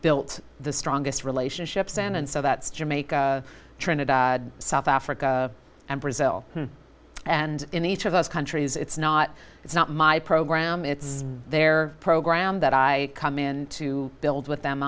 built the strongest relationships and so that's jamaica trinidad south africa and brazil and in each of us countries it's not it's not my program it's their program that i come in to build with them